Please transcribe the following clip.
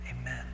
Amen